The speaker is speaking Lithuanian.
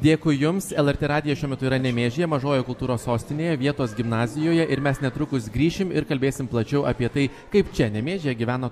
dėkui jums lrt radijas šiuo metu yra nemėžyje mažojoje kultūros sostinėje vietos gimnazijoje ir mes netrukus grįšim ir kalbėsim plačiau apie tai kaip čia nemėžyje gyvena